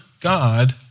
God